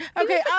Okay